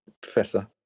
Professor